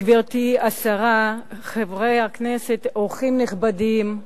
גברתי השרה, חברי הכנסת, אורחים נכבדים,